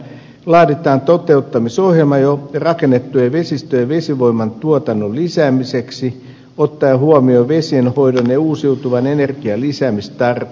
laaditaan toteuttamisohjelma jo rakennettujen vesistöjen vesivoiman tuotannon lisäämiseksi ottaen huomioon vesienhoidon ja uusiutuvan energian lisäämistarpeet